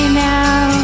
now